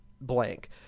blank